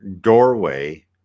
doorway